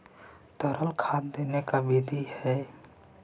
तरल खाद देने के का बिधि है?